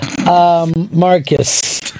Marcus